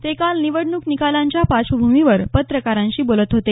ते काल निवडणूक निकालांच्या पार्श्वभूमीवर पत्रकारांशी बोलत होते